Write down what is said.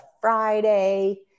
Friday